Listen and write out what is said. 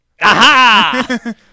Aha